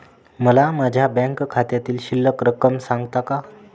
मला माझ्या बँक खात्यातील शिल्लक रक्कम सांगता का?